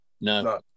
no